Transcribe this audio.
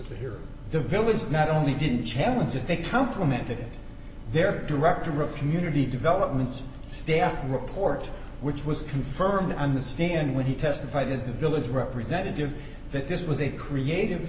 city here the village is not only didn't challenge it they complimented their director of community development staff report which was confirmed understand when he testified as the village representative that this was a creative